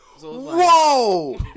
Whoa